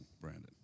Brandon